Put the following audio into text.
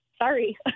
sorry